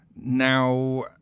Now